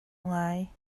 ngai